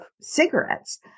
cigarettes